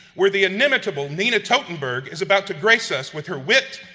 where the inimitable nina totenberg is about to grace us with her wit,